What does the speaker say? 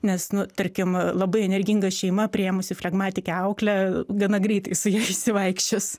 nes nu tarkim labai energinga šeima priėmusi flegmatikę auklę gana greitai su ja išsivaikščios